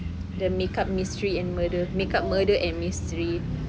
the makeup mystery and murder makeup murder and mystery